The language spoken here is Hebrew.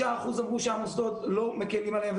10:08) 55% אמרו שהמוסדות לא מקלים עליהם,